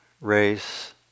race